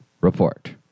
Report